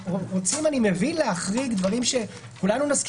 אני מבין שרוצים להחריג דברים שכולנו נסכים